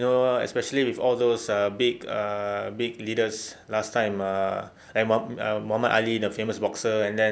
you know especially with all those ah big uh big leaders last time err like muhammad ali the famous boxer and then